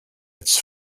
its